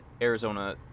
Arizona